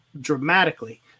dramatically